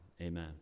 amen